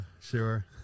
Sure